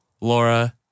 Laura